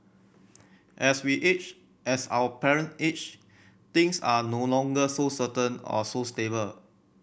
as we age as our parent age things are no longer so certain or so stable